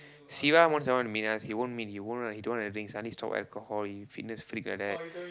siva most don't wanna meet us he won't meet he won't he don't wanna drink he suddenly stop alcohol he fitness freak like that